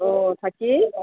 অঁ থাকি